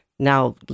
Now